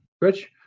Rich